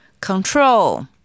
Control